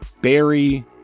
Barry